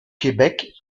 québec